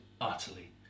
utterly